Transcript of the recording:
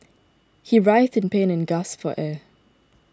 he writhed in pain and gasped for air